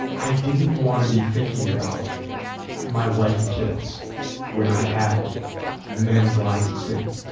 i didn't want to be thinking about my wife and kids when i had men's lives at stake.